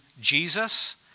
Jesus